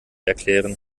erklären